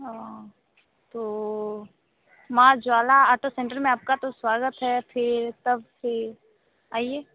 तो माँ Jwala auto centre में आपका तो स्वागत है फिर तब फिर आइये